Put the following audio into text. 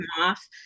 off